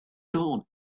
dawn